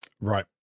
Right